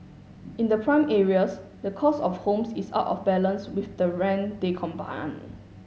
in the prime areas the cost of homes is out of balance with the rent they